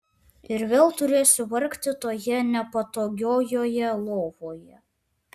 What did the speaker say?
ir vėl turėsiu vargti toje nepatogiojoje lovoje